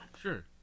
Sure